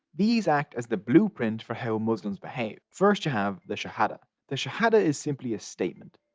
these act as the blueprint for how muslims behave. first you have the shahada the shahada is simply a statement.